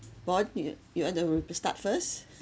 won you you want to to start first